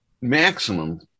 maximum